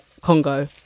Congo